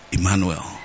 Emmanuel